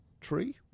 tree